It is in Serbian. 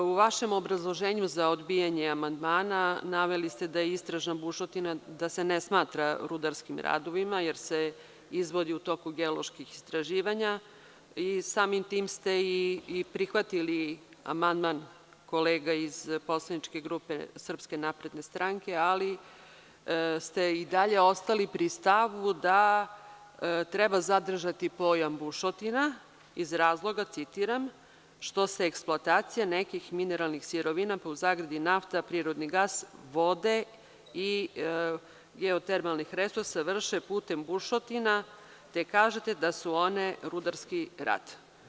U vašem obrazloženju za odbijanje amandmana naveli ste da je „istražna bušotina“, da se ne smatra rudarskim radovima jer se izvodi u toku geoloških istraživanja i samim tim ste i prihvatili amandmana kolega iz poslaničke grupe SNS, ali ste i dalje ostali pri stavu da treba zadržati pojam bušotina iz razloga, citiram – što se eksploatacija nekih mineralnih sirovina, nafta, prirodni gas, vode i geotermalnih resursa vrše putem bušotina te kažete da su one rudarskirad.